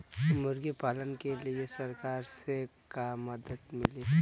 मुर्गी पालन के लीए सरकार से का मदद मिली?